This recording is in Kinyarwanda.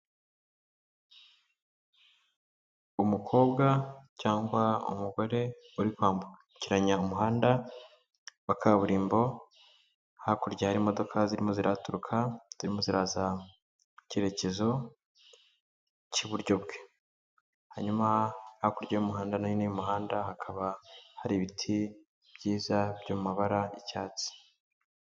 Umukobwa cyangwa umugore uri kwambukiranya umuhanda wa kaburimbo, hakurya hari imodoka zirimo zirahaturuka zirimo ziraza mu cyerekezo cy'iburyo bwe hanyuma, hakurya y'umuhanda no hino y'umuhanda hakaba hari ibiti byiza byo mu mabara y'icyatsi.